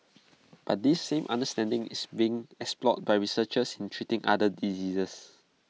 but this same understanding is being explored by researchers in treating other diseases